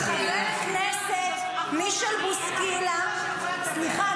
חבר כנסת מישל בוסקילה ------ סליחה,